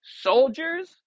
soldiers